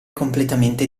completamente